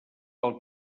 pel